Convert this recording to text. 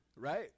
Right